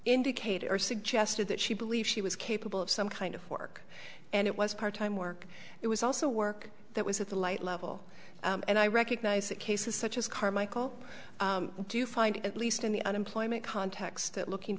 indicator suggested that she believed she was capable of some kind of work and it was part time work it was also work that was at the light level and i recognize that cases such as carmichael do you find it at least in the unemployment context that looking